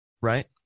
right